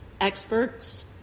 experts